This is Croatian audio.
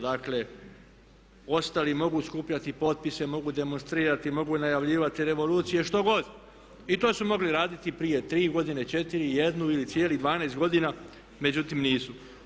Dakle, ostali mogu skupljati potpise, mogu demonstrirati, mogu najavljivati revolucije, što god i to su mogli raditi prije 3 godine, 4 ili 1 ili cijelih 12 godina međutim nisu.